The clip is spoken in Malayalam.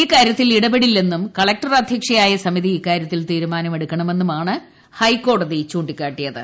ഇക്കാര്യത്തിൽ ഇടപെടില്ലെന്നും കളക്ടർ അദ്ധ്യക്ഷയായ സമിതി ഇക്കാര്യത്തിൽ തീരുമാന്റു എടുക്കണമെന്നുമാണ് ഹൈക്കോടതി ചൂണ്ടിക്കാട്ടിയത്